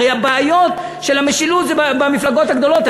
הרי הבעיות של המשילות זה במפלגות הגדולות.